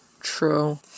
True